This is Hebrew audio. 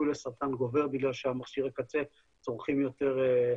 הסיכוי לסרטן גובר בגלל שמכשיר הקצה צורכים יותר.